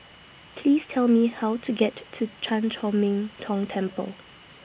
Please Tell Me How to get to to Chan Chor Min Tong Temple